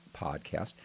podcast